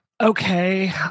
okay